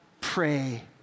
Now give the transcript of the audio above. pray